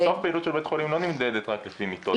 פעילות של בית חולים לא נמדדת רק לפי מיטות.